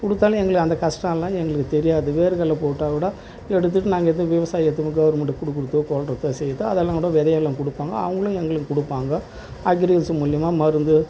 கொடுத்தாலும் எங்களுக்கு அந்த கஷ்டெல்லாம் எங்களுக்கு தெரியாது வேர்க்கடல போட்டால்கூட எடுத்துட்டு நாங்கள் இது விவசாயத்துக்கும் கவுர்மெண்ட்டுக்கு கொடுக்குறதோ கொள்றதோ செய்கிறது அதெல்லாம் கூட விதையெல்லாம் கொடுப்பாங்க அவங்களும் எங்களுக்கு கொடுப்பாங்க அக்ரிகல்ச்சர் மூலிமா மருந்து